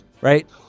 right